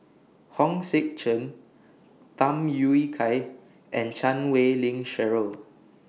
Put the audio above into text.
Hong Sek Chern Tham Yui Kai and Chan Wei Ling Cheryl